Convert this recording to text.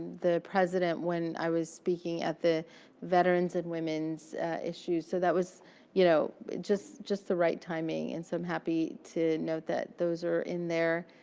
the president when i was speaking at the veteran's and women's issues. so that was you know just just the right timing. and so i'm happy to note that those are in there.